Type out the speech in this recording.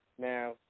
Now